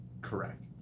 Correct